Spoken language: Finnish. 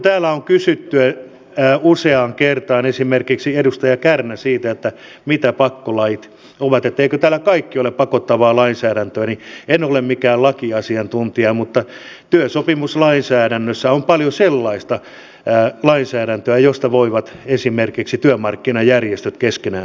mikä on kysyttyä ja useaan kertaan esimerkiksi edustaja teidän arvionne arvoisa ministeri kertooko tämä siitä että yhdysvalloissa suomi nähdään jo ainakin puolittain sotilasliiton jäsenenä paljon lähemmin ja että tämä maaryhmä sitten kokonaisuudessaan liittyisi lähemmäs nato jäsenyyttäkin